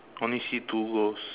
only see two ghost